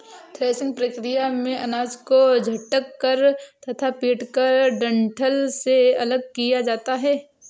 threshing प्रक्रिया में अनाज को झटक कर तथा पीटकर डंठल से अलग किया जाता है